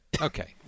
Okay